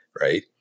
right